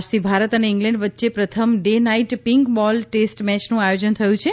આજથી ભારત અને ઇંગ્લેન્ડ વચ્ચે પ્રથમ day night pink ball test મેચનું આયોજન થયું છે